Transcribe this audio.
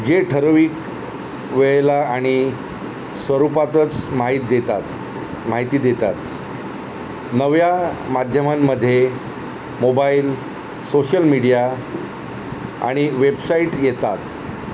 जे ठराविक वेळेला आणि स्वरूपातच माहीत देतात माहिती देतात नव्या माध्यमांमध्ये मोबाईल सोशल मीडिया आणि वेबसाईट येतात